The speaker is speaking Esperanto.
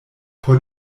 por